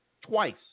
twice